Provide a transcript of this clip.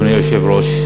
אדוני היושב-ראש,